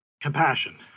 compassion